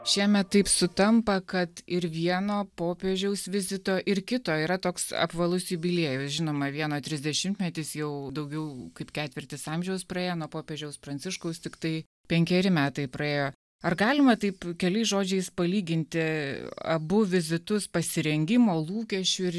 šiemet taip sutampa kad ir vieno popiežiaus vizito ir kito yra toks apvalus jubiliejus žinoma vieno trisdešimtmetis jau daugiau kaip ketvirtis amžiaus praėjo nuo popiežiaus pranciškaus tiktai penkeri metai praėjo ar galima taip keliais žodžiais palyginti abu vizitus pasirengimo lūkesčių ir